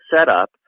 setup